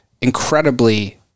incredibly